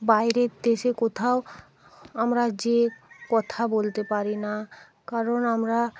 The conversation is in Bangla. বাইরের দেশে কোথাও আমরা গিয়ে কথা বলতে পারি না কারণ আমরা